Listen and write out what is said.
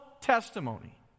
testimony